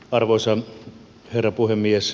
arvoisa herra puhemies